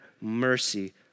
mercy